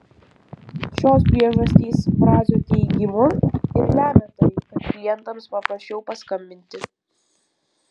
šios priežastys brazio teigimu ir lemia tai kad klientams paprasčiau paskambinti